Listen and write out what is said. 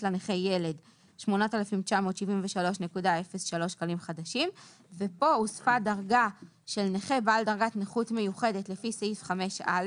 לנכה ילד- 8,973.03 שקלים לנכה בעל דרגת נכות מיוחדת לפי סעיף 5א-